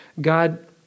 God